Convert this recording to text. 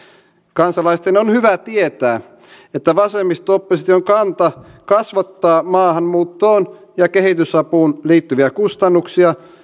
kansalaisten on hyvä tietää että vasemmisto opposition kanta kasvattaa maahanmuuttoon ja kehitysapuun liittyviä kustannuksia